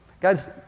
Guys